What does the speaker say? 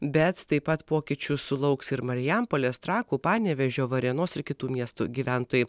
bet taip pat pokyčių sulauks ir marijampolės trakų panevėžio varėnos ir kitų miestų gyventojai